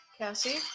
Cassie